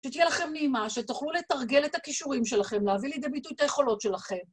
שתהיה לכם נעימה, שתוכלו לתרגל את הכישורים שלכם, להביא לידי ביטוי את היכולות שלכם.